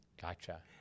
Gotcha